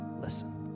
listen